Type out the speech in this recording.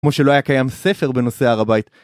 כמו שלא היה קיים ספר בנושא הר הבית.